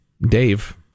Dave